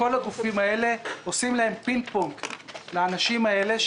כל הגופים האלה עושים פינג פונג לאנשים האלה.